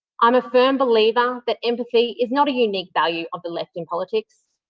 um a firm believer that empathy is not a unique value of the left in politics,